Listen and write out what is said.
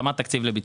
התאמת תקציב לביצוע.